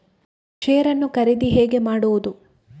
Share ನ್ನು ಖರೀದಿ ಹೇಗೆ ಮಾಡುವುದು?